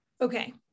okay